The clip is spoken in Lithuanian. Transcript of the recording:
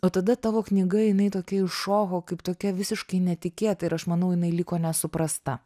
o tada tavo knyga jinai tokia iššoko kaip tokia visiškai netikėta ir aš manau jinai liko nesuprasta